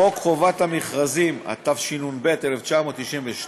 חוק חובת המכרזים, התשנ"ב 1992,